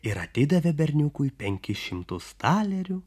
ir atidavė berniukui penkis šimtus talerių